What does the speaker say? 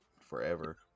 forever